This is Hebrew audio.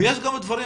ויש גם דברים,